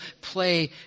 play